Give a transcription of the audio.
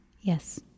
Yes